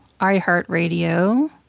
iHeartRadio